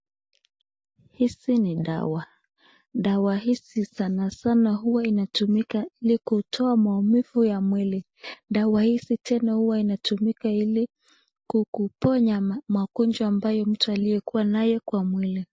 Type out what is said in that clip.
Hizi ni dawa dawa hizi sanasana huwa inatumika hili kutoka maumifu ya mwili dawa hizi tena huwa inatumika hili kukupona ukonjwa ambaye mtu aliyekuwa naye Kwa mwili